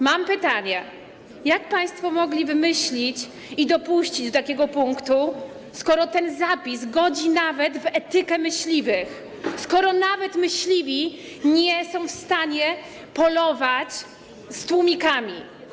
Mam pytanie: Jak państwo to mogli wymyślić i dopuścić do takiego punktu, skoro ten zapis godzi nawet w etykę myśliwych, skoro nawet myśliwi nie są w stanie polować z tłumikami?